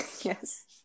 Yes